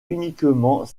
uniquement